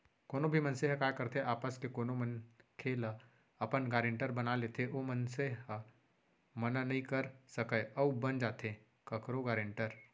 कोनो भी मनसे ह काय करथे आपस के कोनो मनखे ल अपन गारेंटर बना लेथे ओ मनसे ह मना नइ कर सकय अउ बन जाथे कखरो गारेंटर